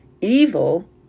Evil